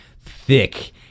thick